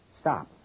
Stop